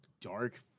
dark